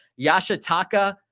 Yashitaka